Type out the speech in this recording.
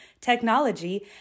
technology